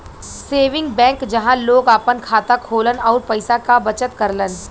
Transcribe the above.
saving bank जहां लोग आपन खाता खोलन आउर पैसा क बचत करलन